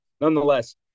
nonetheless